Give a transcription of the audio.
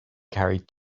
carried